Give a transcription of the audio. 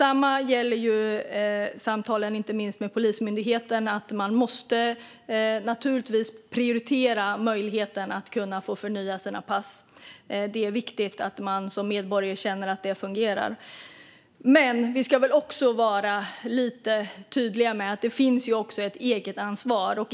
Det gäller inte minst samtal med Polismyndigheten, som naturligtvis måste prioritera människors möjlighet att förnya sina pass. Det är viktigt att man som medborgare känner att det fungerar. Men vi ska väl också vara lite tydliga med att det finns ett eget ansvar.